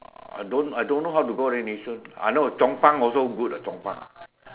I don't I don't know how to go leh Nee-Soon I know Chong-Pang also good ah Chong-Pang